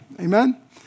Amen